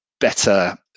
better